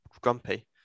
grumpy